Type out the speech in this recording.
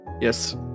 Yes